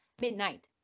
midnight